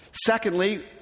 Secondly